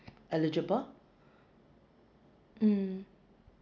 eligible mm